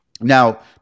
now